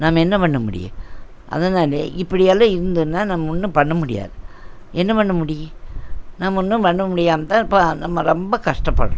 நம்ம என்ன பண்ண முடியும் அதான் நான் இப்படியெல்லாம் இருந்ததுனால் நம்ம ஒன்றும் பண்ண முடியாது என்ன பண்ண முடியும் நம்ம ஒன்றும் பண்ண முடியாமத்தான் இப்போ நம்ம ரொம்ப கஷ்டப்படுகிறோம்